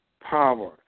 power